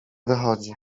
wychodzi